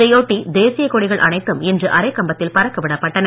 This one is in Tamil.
இதையட்டி தேசிய கொடிகள் அனைத்தும் இன்று அரைக்கம்பத்தில் பறக்க விடப்பட்டது